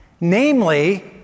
namely